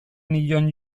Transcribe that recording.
nion